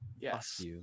Yes